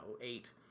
eight